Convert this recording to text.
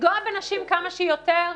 לפגוע בנשים כמה שיותר?